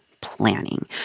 planning